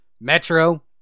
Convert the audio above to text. Metro